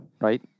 right